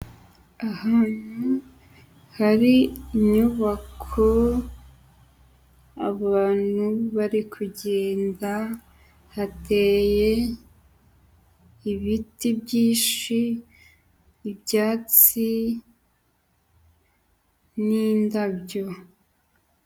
Ahantu hari inyubako abantu bari kugenda hateye ibiti byinshi, ibyatsi n'indabyo.